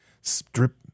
Strip